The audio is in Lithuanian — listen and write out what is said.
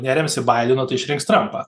neremsi baideno tai išrinks trampą